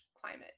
climate